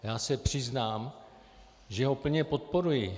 Já se přiznám, že ho plně podporuji.